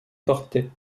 porter